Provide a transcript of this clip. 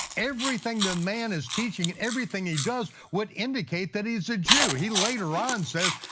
everything the man is teaching, and everything he does, would indicate that he's a jew. he later on says,